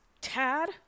Tad